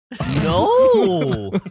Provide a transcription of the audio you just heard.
No